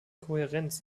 kohärenz